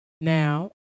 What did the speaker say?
Now